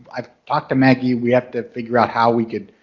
i've talked to maggie, we have to figure out how we could.